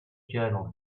journal